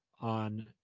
on